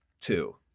two